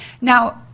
Now